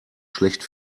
schlecht